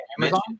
Amazon